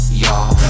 y'all